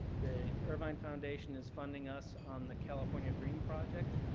the irvine foundation is funding us on the california dream project.